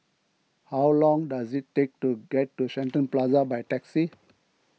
how long does it take to get to Shenton Plaza by taxi